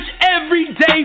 everyday